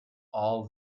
all